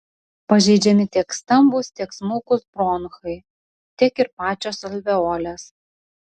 pažeidžiami tiek stambūs tiek smulkūs bronchai tiek ir pačios alveolės